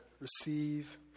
receive